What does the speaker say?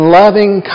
loving